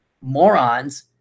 morons